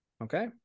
Okay